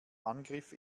angriff